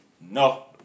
No